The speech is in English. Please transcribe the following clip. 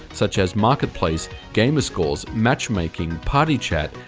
such as marketplace, gamer scores, matchmaking, party chat,